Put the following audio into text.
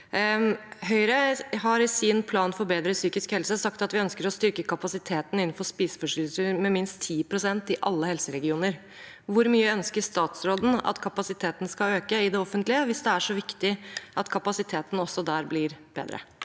Høyre har i sin plan for bedre psykisk helse sagt at vi ønsker å styrke kapasiteten innenfor spiseforstyrrelser med minst 10 pst. i alle helseregioner. Hvor mye ønsker statsråden at kapasiteten skal øke i det offentlige, hvis det er så viktig at kapasiteten også der blir bedre?